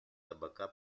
табака